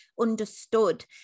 understood